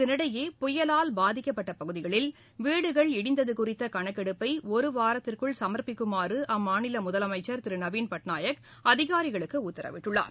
இதனிடையே புயலால் பாதிக்கப்பட்ட பகுதிகளில் வீடுகள் இடிந்தது தொடர்பான கணக்கெடுப்பை ஒரு வாரத்திற்குள் சமா்ப்பிக்குமாறு அம்மாநில முதலமைச்சர் திரு நவின் பட்நாயக் அதிகாரிகளுக்கு உத்தரவிட்டுள்ளார்